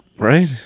right